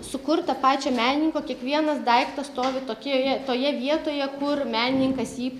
sukurta pačio menininko kiekvienas daiktas stovi tokioje toje vietoje kur menininkas jį